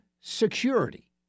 Security